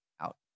out